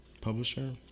publisher